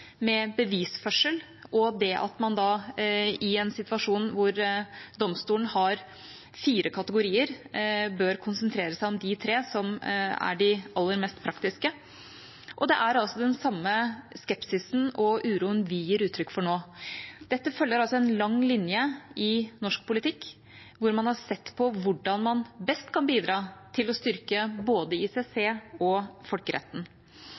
med bevisførsel og det at man i en situasjon der domstolen har fire kategorier, bør konsentrere seg om de tre som er de aller mest praktiske. Det er den samme skepsisen og uroen vi gir uttrykk for nå. Dette følger altså en lang linje i norsk politikk, der man har sett på hvordan man best kan bidra til å styrke både ICC og folkeretten.